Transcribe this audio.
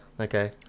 Okay